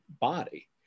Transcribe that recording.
body